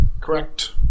Correct